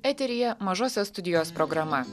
eteryje mažosios studijos programa